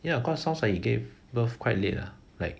ya cause sounds like he gave birth quite late ah like